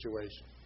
situation